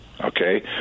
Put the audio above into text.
Okay